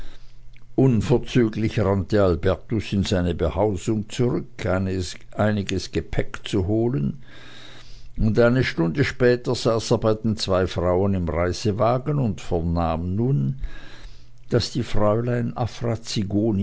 unverzüglich rannte albertus in seine behausung zurück einiges gepäck zu holen und eine stunde später saß er bei den zwei frauen im reisewagen und vernahm nun daß die fräulein afra